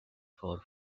four